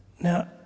Now